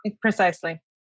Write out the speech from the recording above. Precisely